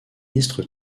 ministre